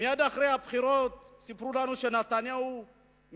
מייד לאחר הבחירות סיפרו לנו שנתניהו מינה